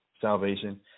salvation